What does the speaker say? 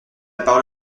parole